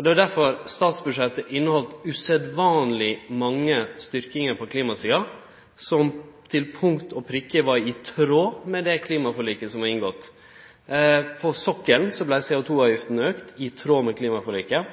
Det er derfor statsbudsjettet inneheldt usedvanleg mange styrkingar på klimasida som til punkt og prikke var i tråd med det klimaforliket som var inngått. På sokkelen vart CO2-avgifta auka i tråd med klimaforliket,